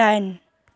दाइन